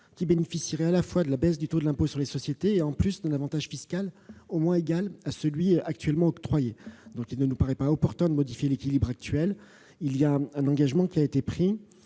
qui bénéficieraient à la fois de la baisse du taux de l'impôt sur les sociétés et d'un avantage fiscal au moins égal à celui qui est actuellement octroyé. Il ne nous paraît pas opportun de modifier l'équilibre actuel. L'engagement a été pris